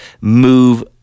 move